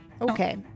Okay